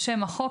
בשם החוק,